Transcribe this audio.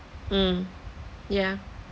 mm yeah